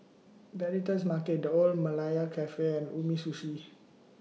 The Editor's Market The Old Malaya Cafe and Umisushi